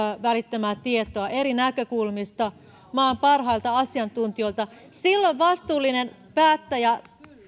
välittämää tietoa eri näkökulmista maan parhailta asiantuntijoilta silloin vastuullinen päättäjä